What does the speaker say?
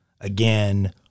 again